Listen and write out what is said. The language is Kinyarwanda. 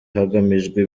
hagamijwe